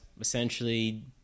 essentially